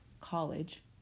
college